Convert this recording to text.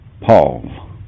Paul